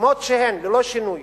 כמות שהן, ללא שינוי.